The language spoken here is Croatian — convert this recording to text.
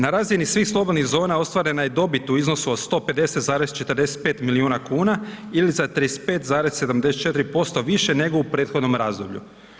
Na razini svih slobodnih zona ostvarena je dobit u iznosu od 150,45 milijuna kuna ili za 35,74% više nego u prethodnom razdoblju.